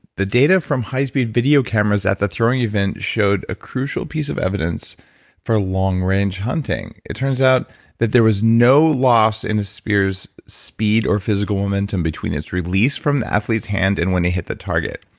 the data from high speed video cameras at the throwing event showed a crucial piece of evidence for long range hunting. hunting. it turns out that there was no loss in the spear's speed or physical momentum between its release from the athlete's hand and when it hit the target.